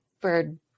bird